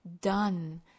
done